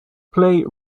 play